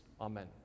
Amen